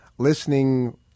listening